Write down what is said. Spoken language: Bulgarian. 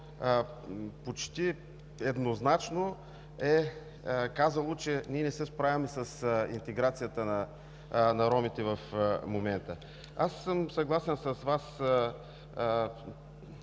почти еднозначно е казало, че ние не се справяме с интеграцията на ромите в момента. Аз съм съгласен с Вас,